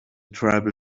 tribal